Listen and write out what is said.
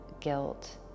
guilt